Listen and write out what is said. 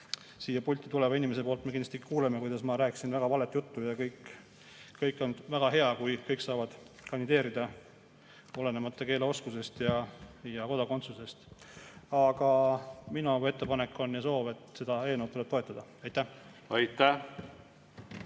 siia pulti tuleva inimese suust me kindlasti kuuleme, kuidas ma rääkisin väga valet juttu ja kõik on väga hea, kui kõik saavad kandideerida, olenemata keeleoskusest ja kodakondsusest. Minu ettepanek ja soov on, et seda eelnõu tuleb toetada. Aitäh! Aitäh!